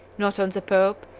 not on the pope,